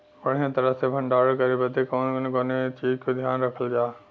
बढ़ियां तरह से भण्डारण करे बदे कवने कवने चीज़ को ध्यान रखल जा?